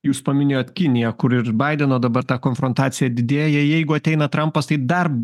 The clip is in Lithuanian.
jūs paminėjot kiniją kur ir baideno dabar ta konfrontacija didėja jeigu ateina trampas tai dar